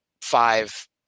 five